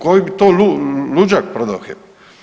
Koji bi to luđak prodao HEP?